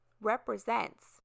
represents